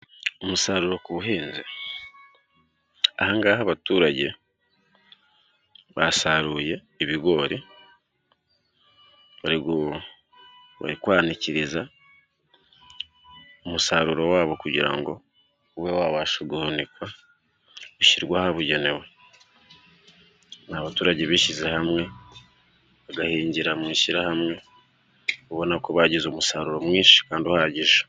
Umusaruro ku buhinzi. Ahangaha abaturage basaruye ibigori bari kwanaikiriza umusaruro wabo ube wabasha guhunikwa, gushyirwa, ahabugenewe. Abaturage bishyize hamwe bagahingira mu ishyirahamwe ubona ko bagize umusaruroshi kandi uhagije.